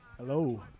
Hello